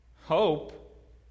Hope